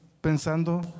pensando